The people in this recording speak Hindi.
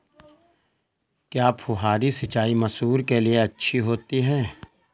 क्या फुहारी सिंचाई मसूर के लिए अच्छी होती है?